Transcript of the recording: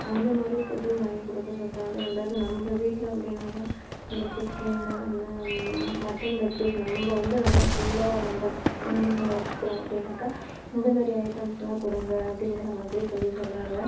அந்த மாதிரி ஃபுட்டும் வாங்கி கொடுக்க சொல்லுறாங்க ரெண்டாவது நம்ப வீட்டில் அப்படினாக்கா இந்த சிக்கன் அந்த மட்டன் லெக் பீஸ் நம்ப வந்து நல்ல ஃபுல்லாக நம்ப விலங்குகளை வச்சுக்கணும் அப்படினாக்கா இந்தமாரி ஐட்டம்ஸெலாம் கொடுங்க அப்படிங்கிற மாதிரி சொல்லி சொல்கிறாங்க